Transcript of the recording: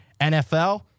NFL